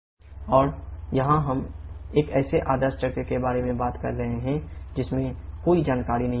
P4P18 और यहां हम एक ऐसे आदर्श चक्र के बारे में बात कर रहे हैं जिसमें कोई जानकारी नहीं दी गई है